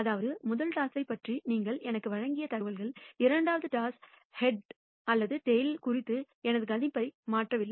அதாவது முதல் டாஸைப் பற்றி நீங்கள் எனக்கு வழங்கிய தகவல்கள் இரண்டாவது டாஸில் ஹெட் அல்லது டைல் குறித்த எனது கணிப்பை மாற்றவில்லை